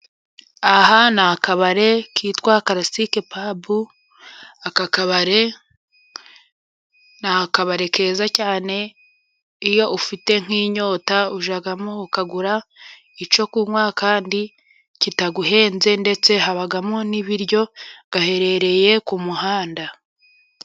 Aha ni akabare kitwa kalasike pab aka kabari ni akabari keza cyane iyo ufite nk' inyota ujyamo, ukagura icyo kunywa kandi kitaguhenze ndetse habamo n' ibiryo gaherereye ku muhanda.